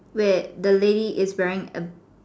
where the lady is wearing a